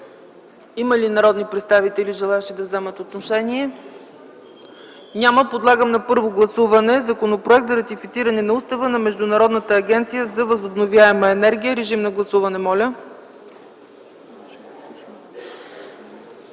желаещи народни представители да вземат отношение? Няма. Подлагам на първо гласуване Законопроекта за ратифициране на Устава на Международната агенция за възобновяема енергия. Гласували